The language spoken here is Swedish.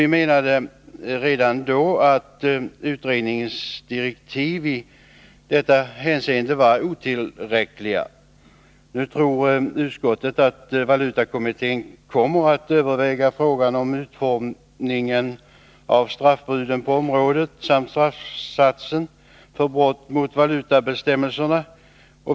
Vi ansåg då att utredningens direktiv i detta hänseende var otillräckliga. Nu tror utskottet att valutakommittén kommer att överväga frågan om utformningen av straffbuden och straffsatserna för brott mot valutabestämmelserna.